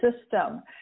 system